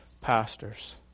pastors